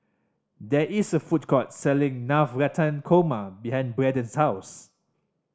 there is a food court selling Navratan Korma behind Braden's house